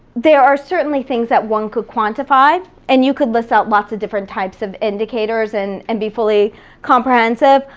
there are certainly things that one could quantify, and you could list out lots of different types of indicators and and be fully comprehensive,